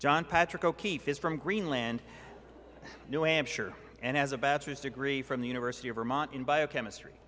john patrick o'keefe is from greenland new hampshire and has a bachelor's degree from the university of vermont in biochemistry